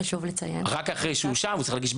רק אחרי שהוא מגיש בקשה.